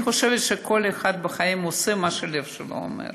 אני חושבת שכל אחד בחיים עושה מה שהלב שלו אומר.